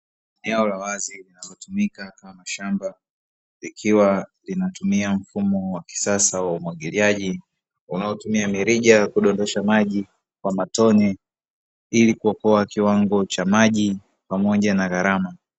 Eneo la wazi linalotumika kama shamba, likiwa linatumia mfumo wa kisasa wa umwagiliaji unaotumia mirija ya kudondosha maji kwa matone ili kuokoa kiwango cha maji pamoja na gharama.